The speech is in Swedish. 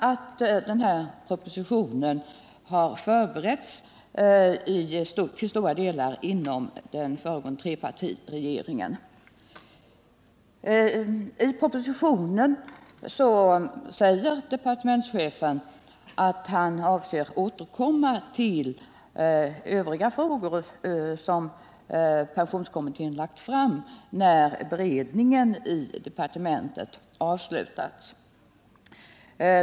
Jag vill gärna erkänna att propositionen till stora delar har förberetts inom den föregående trepartiregeringen. Departementschefen säger i propositionen att han avser att återkomma till övriga frågor som pensionskommittén lagt fram, när beredningen i departementet avslutats.